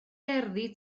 gerddi